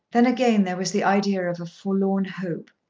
then again there was the idea of a forlorn hope.